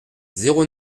zéro